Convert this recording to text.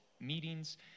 meetings